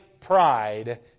pride